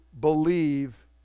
believe